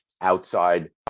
outside